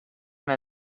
from